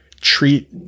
treat